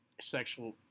sexual